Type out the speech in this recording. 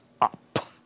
up